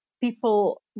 people